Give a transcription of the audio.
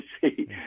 see